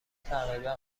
تقریبا